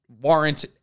warrant